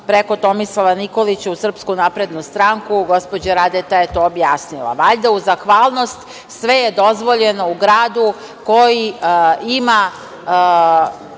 preko Tomislava Nikolića u Srpsku naprednu stranku, gospođa Radeta je to objasnila. Valjda uz zahvalnost sve je dozvoljeno u gradu koji je